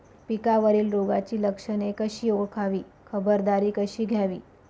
पिकावरील रोगाची लक्षणे कशी ओळखावी, खबरदारी कशी घ्यावी?